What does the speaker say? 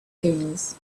things